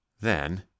Then